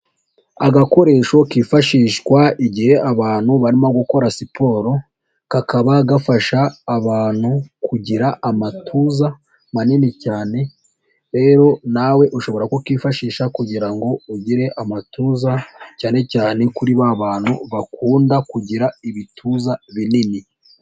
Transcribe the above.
Agakoresho kifashishwa igihe abantu barimo gukora siporo kakaba gafasha abantu kugira amatuza manini cyane. Rero nawe ushobora kukifashisha kugira ngo ugire amatuza cyane cyane kuri ba bantu bakunda kugira ibituza binini.